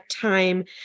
time